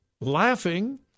laughing